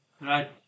right